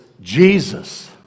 jesus